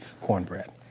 cornbread